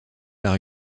par